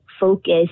focus